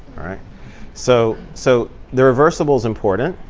so so the reversible is important.